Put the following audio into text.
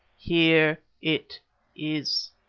here it is,